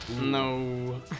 No